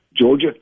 Georgia